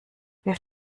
wirf